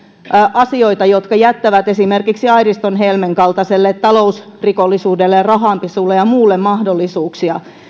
asioita jotka jättävät esimerkiksi airiston helmen kaltaiselle talousrikollisuudelle rahanpesulle ja muulle mahdollisuuksia